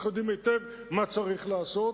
אנחנו יודעים היטב מה צריך לעשות,